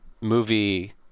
movie